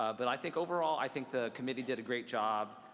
ah but i think overall i think the committee did a great job.